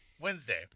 Wednesday